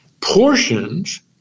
portions